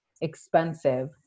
expensive